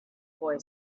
boy